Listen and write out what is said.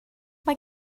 mae